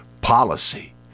policy